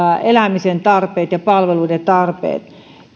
elämisen tarpeet ja palveluiden tarpeet